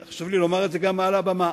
חשוב לי לומר את זה גם מעל הבמה.